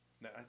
No